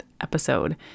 episode